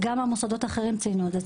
וגם המוסדות האחרים ציינו זאת.